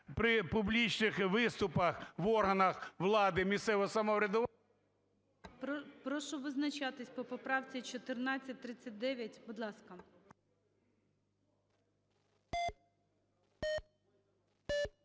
при публічних виступах в органах влади і місцевого самоврядування… ГОЛОВУЮЧИЙ. Прошу визначатись по поправці 1439, будь ласка.